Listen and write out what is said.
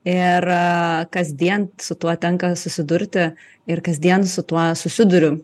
ir kasdien su tuo tenka susidurti ir kasdien su tuo susiduriu